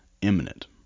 imminent